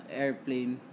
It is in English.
airplane